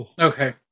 Okay